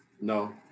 No